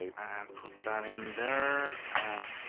and put that in there, and.